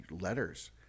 letters